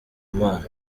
mana